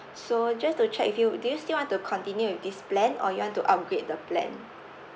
so just to check with you do you still want continue with this plan or you want to upgrade the plan